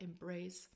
embrace